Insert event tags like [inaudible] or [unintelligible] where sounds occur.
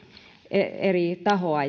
eri tahoa [unintelligible]